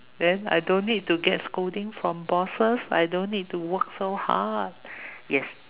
then I don't need to get scolding from bosses I don't need to work so hard yes